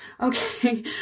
Okay